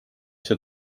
see